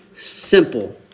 Simple